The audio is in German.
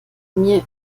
mir